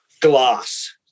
glass